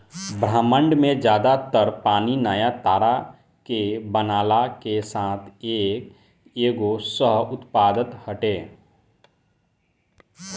ब्रह्माण्ड में ज्यादा तर पानी नया तारा के बनला के साथ के एगो सह उत्पाद हटे